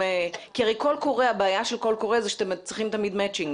כי הרי הבעיה של קול קורא זה שאתם צריכים תמיד מצ'ינג,